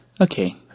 Okay